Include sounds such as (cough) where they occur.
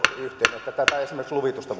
esimerkiksi tätä luvitusta (unintelligible)